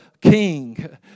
king